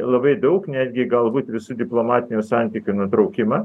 labai daug netgi galbūt visų diplomatinių santykių nutraukimą